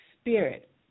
Spirit